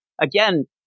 Again